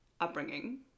upbringing